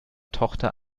tochter